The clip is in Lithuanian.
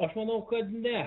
aš manau kad ne